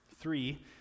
Three